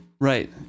right